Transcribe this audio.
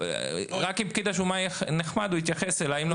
רק אם פקיד השומה יהיה נחמד הוא יתייחס אליי.